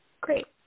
Great